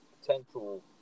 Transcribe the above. potential